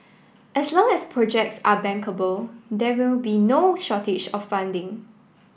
as long as projects are bankable there will be no shortage of funding